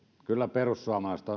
kyllä